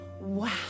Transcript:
Wow